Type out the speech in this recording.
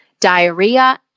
diarrhea